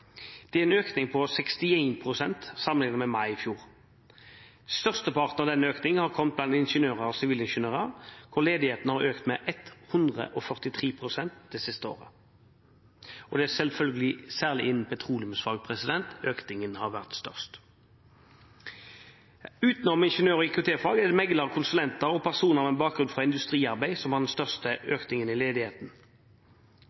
Det er en økning på 61 pst. sammenlignet med mai i fjor. Størsteparten av denne økningen har kommet blant ingeniører og sivilingeniører, hvor ledigheten har økt med 143 pst. det siste året. Det er selvfølgelig innen petroleumsfag at økningen har vært størst. Utenom ingeniører og IKT-fag er det meglere og konsulenter og personer med bakgrunn fra industriarbeid som står for den største økningen i ledigheten.